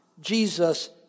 Jesus